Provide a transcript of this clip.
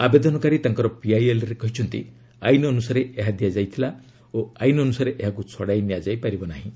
ଆବେଦନକାରୀ ତାଙ୍କର ପିଆଇଏଲ୍ରେ କହିଛନ୍ତି ଆଇନ୍ ଅନୁସାରେ ଏହା ଦିଆଯାଉଥିଲା ଓ ଆଇନ୍ ଅନ୍ରସାରେ ଏହାକୁ ଛଡ଼ାଇ ନିଆଯାଇ ପାରିବ ନାହିଁ